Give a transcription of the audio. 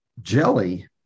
jelly